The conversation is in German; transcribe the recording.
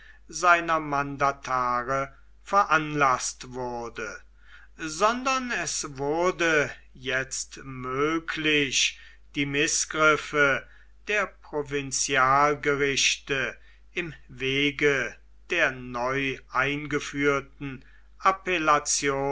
seiner mandatare veranlaßt wurde sondern es wurde jetzt möglich die mißgriffe der provinzialgerichte im wege der neu eingeführten appellation